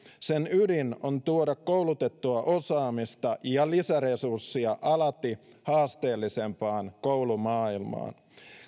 sen ydin on tuoda koulutettua osaamista ja lisäresurssia alati haasteellisempaan koulumaailmaan